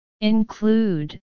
Include